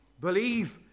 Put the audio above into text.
Believe